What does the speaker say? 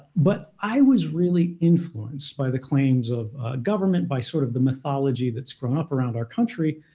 but i was really influenced by the claims of government, by sort of the mythology that's grown up around our country,